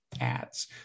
ads